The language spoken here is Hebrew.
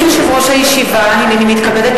נישואים עם הממשלה הזאת הם נישואים לא